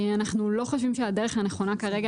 אנחנו לא חושבים שהדרך הנכונה כרגע